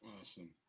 Awesome